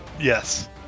Yes